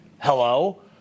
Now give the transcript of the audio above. Hello